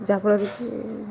ଯାହାଫଳରେ କି